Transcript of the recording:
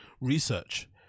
research